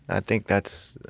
i think that's